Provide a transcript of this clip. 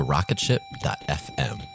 Rocketship.fm